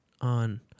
on